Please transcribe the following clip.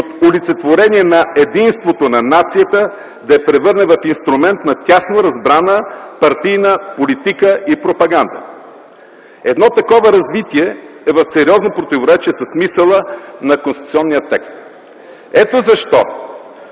от олицетворение на единството на нацията да я превърне в инструмент на тясноразбрана партийна политика и пропаганда. Едно такова развитие е в сериозно противоречие със смисъла на конституционния текст. Ето защо,